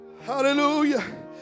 Hallelujah